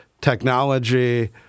technology